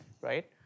Right